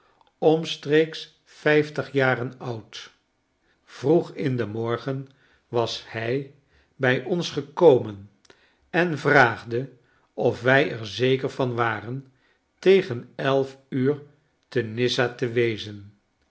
omstreeks vijftig jaren oud vroeg in den ochtend was hij bij ons gekomen en vraagde of wij er zeker van waren tegen elf uur te nizza te wezen